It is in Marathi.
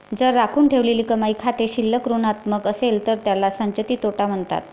जर राखून ठेवलेली कमाई खाते शिल्लक ऋणात्मक असेल तर त्याला संचित तोटा म्हणतात